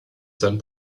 sein